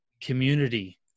community